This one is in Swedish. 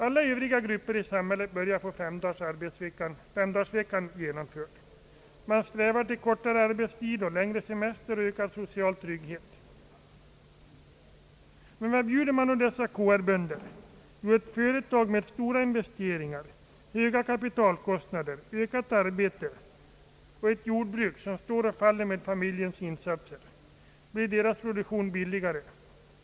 Alla övriga grupper i samhället börjar få femdagarsveckan genomförd. Man strävar efter kortare arbetstid, längre semester och ökad social trygghet. Vad bjuder man då dessa KR-bönder? Jo, ett företag med stora investeringar, höga kapitalkostnader, ökat arbete och ett jordbruk som står och faller med familjens insatser. Blir deras produktion billigare?